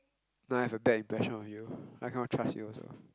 now I have a bad impression of you I cannot trust you also